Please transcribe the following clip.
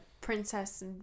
princess